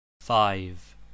Five